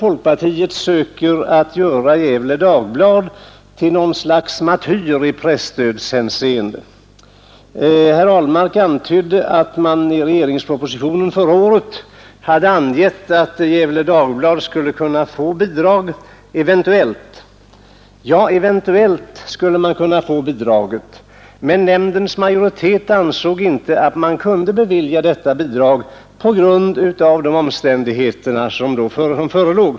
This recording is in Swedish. Folkpartiet försöker tydligen göra Gefle Dagblad till något slags martyr i presstödshänseende. Herr Ahlmark antydde att det i propositionen förra året hade angivits att Gefle Dagblad eventuellt skulle kunna få bidrag. Det är riktigt. Men nämndens majoritet ansåg sig inte kunna tillstyrka bidraget, med hänsyn till de omständigheter som då förelåg.